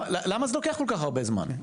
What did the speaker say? למה זה לוקח כל כך הרבה זמן?